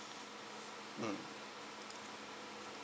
mm